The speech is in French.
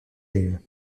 juive